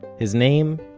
his name